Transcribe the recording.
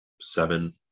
seven